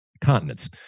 continents